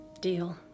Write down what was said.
Deal